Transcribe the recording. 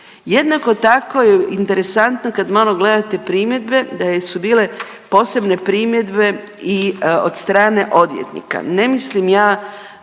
Jednako tako je interesantno kad malo gledate primjedbe da su bile posebne primjedbe i od strane odvjetnika.